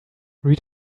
read